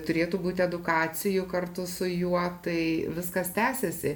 turėtų būti edukacijų kartu su juo tai viskas tęsiasi